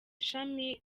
ishami